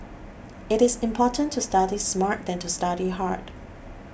it is more important to study smart than to study hard